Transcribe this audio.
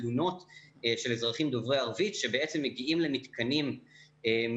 תלונות של אזרחים דוברי ערבית שבעצם מגיעים למתקני פנאי,